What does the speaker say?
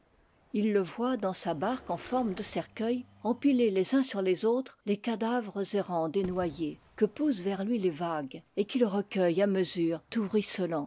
ils le voient dans sa barque en forme de cercueil empiler les uns sur les autres les cadavres errants des noyés que poussent vers lui les vagues et qu'il recueille à mesure tout ruisselants